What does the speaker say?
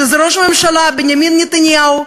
שזה ראש הממשלה בנימין נתניהו,